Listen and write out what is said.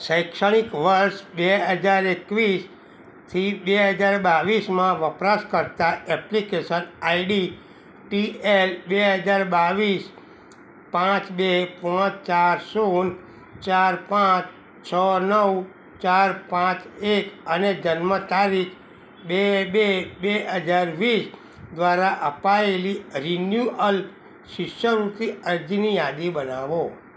શૈક્ષણિક વર્ષ બે હજાર એકવીસથી બે હજાર બાવીસમાં વપરાશકર્તા એપ્લિકેશન આઈડી ટી એલ બે હજાર બાવીસ પાંચ બે ગુણા ચાર સોળ ચાર પાંચ છ નવ ચાર પાંચ એક અને જન્મ તારીખ બે બે બે હજાર વીસ દ્વારા અપાએલી રિન્યૂઅલ્પ શિષ્યવૃતિ અરજીની યાદી બનાવો